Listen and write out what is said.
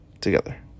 together